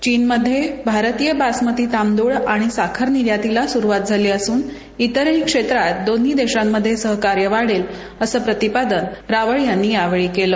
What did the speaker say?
चीनमध्ये भारतीय बास्मती तादूळ आणि साखर निर्यातीला सुरूवात झाली असून इतरही क्षेञात दोन्ही देशात सहकार्य वाढेल असं प्रतिपादन रावळ यांनी यावेळी केलं